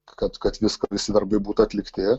kad kad viską visi darbai būtų atlikti